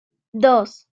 dos